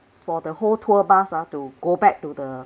for the whole tour bus ah to go back to the